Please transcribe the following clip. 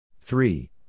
Three